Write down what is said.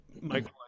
michael